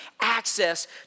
access